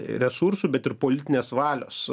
resursų bet ir politinės valios